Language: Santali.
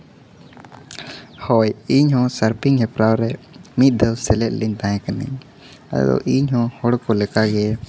ᱦᱳᱭ ᱤᱧ ᱦᱚᱸ ᱥᱟᱨᱯᱤᱧ ᱦᱮᱯᱨᱟᱣ ᱨᱮ ᱢᱤᱫ ᱫᱷᱟᱣ ᱥᱮᱞᱮᱫ ᱞᱮᱱ ᱛᱟᱦᱮ ᱠᱟᱱᱟᱹᱧ ᱟᱨ ᱤᱧ ᱦᱚᱸ ᱦᱚᱲ ᱠᱚ ᱞᱮᱠᱟ ᱜᱮ